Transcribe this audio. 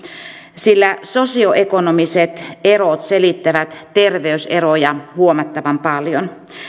sillä sosioekonomiset erot selittävät terveyseroja huomattavan paljon